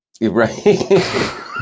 Right